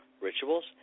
rituals